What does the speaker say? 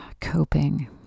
coping